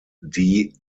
die